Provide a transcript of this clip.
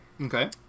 okay